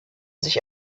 sich